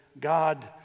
God